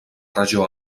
regió